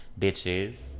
bitches